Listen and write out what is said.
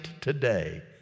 today